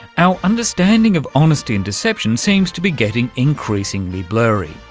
our understanding of honesty and deception seems to be getting increasingly blurry.